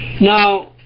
Now